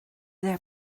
their